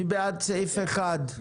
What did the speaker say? מי בעד סעיף 1?